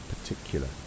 particular